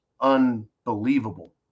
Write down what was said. unbelievable